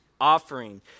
offering